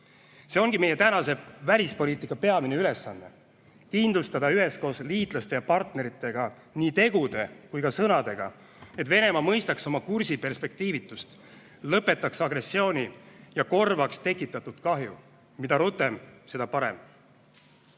See ongi meie tänase välispoliitika peamine ülesanne: kindlustada üheskoos liitlaste ja partneritega nii tegude kui ka sõnadega, et Venemaa mõistab oma kursi perspektiivitust, lõpetab agressiooni ja korvab tekitatud kahju. Mida rutem, seda parem. Daamid